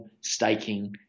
staking